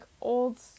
old